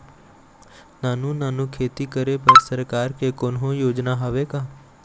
नानू नानू खेती करे बर सरकार के कोन्हो योजना हावे का?